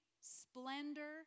splendor